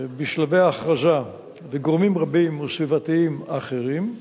בשלבי הכרזה וגורמים רבים סביבתיים אחרים,